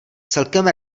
celkem